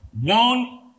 one